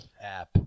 app